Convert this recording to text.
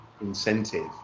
incentive